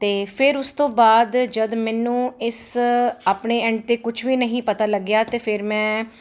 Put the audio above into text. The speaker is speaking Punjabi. ਅਤੇ ਫਿਰ ਉਸ ਤੋਂ ਬਾਅਦ ਜਦ ਮੈਨੂੰ ਇਸ ਆਪਣੇ ਐਂਡ ਤੇ ਕੁਛ ਵੀ ਨਹੀਂ ਪਤਾ ਲੱਗਿਆ ਅਤੇ ਫਿਰ ਮੈਂ